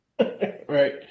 Right